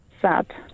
Sad